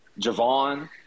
Javon